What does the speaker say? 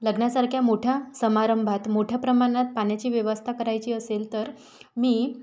लग्नासारख्या मोठ्या समारंभात मोठ्या प्रमाणात पाण्याची व्यवस्था करायची असेल तर मी